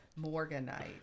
Morganite